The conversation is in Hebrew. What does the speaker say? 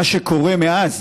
לצערי מה שקורה מאז